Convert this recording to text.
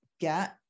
get